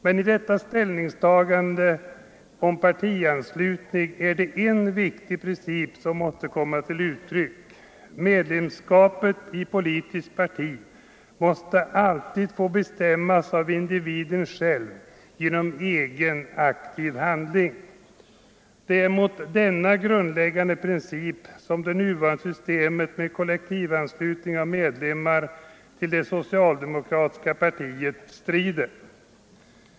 Men vid ställ ningstagandet till partianslutning är det en viktig princip som måste komma till uttryck: Medlemskapet i ett politiskt parti måste alltid få bestämmas av individen själv genom egen aktiv handling. Det är mot denna grundläggande princip som det nuvarande systemet med kollektivanslutning av medlemmar till det socialdemokratiska partiet strider.